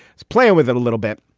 it's playing with it a little bit.